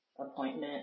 appointment